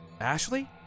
Ashley